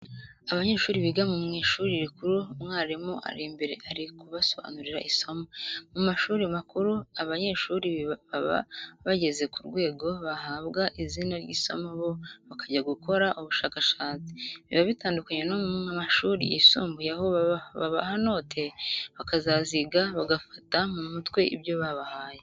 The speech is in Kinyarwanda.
Abanyeshuri biga mu ishuri rikuru umwarimu ari imbere ari kubasobanurira isomo. Mu mashuri makuru abanyeshuri baba bageze ku rwego bahabwa izina ry'isomo bo bakajya gukora ubushakashatsi, biba bitandukanye no mu mashuri yisumbuye aho babaha note bakaziga, bagafata mu mutwe ibyo babahaye.